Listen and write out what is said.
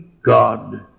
God